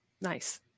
Nice